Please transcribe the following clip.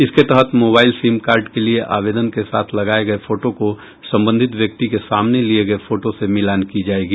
इसके तहत mobile sim card के लिये आवेदन के साथ लगाये गये फोटो को संबंधित व्यक्ति के सामने लिये गये फोटो से मिलान की जायेगी